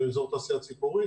אזור התעשייה ציפורי,